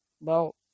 Well